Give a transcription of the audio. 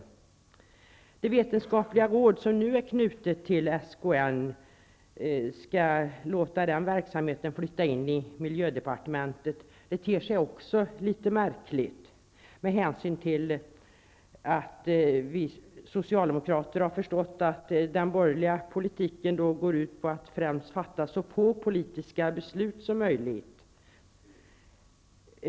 Att låta verksamheten hos det vetenskapliga råd som nu är knutet till SKN flyttas till miljödepartementet ter sig också litet märkligt. Vi socialdemokrater har förstått att den borgerliga politiken främst går ut på att fatta så få politiska beslut som möjligt.